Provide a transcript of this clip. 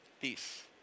Peace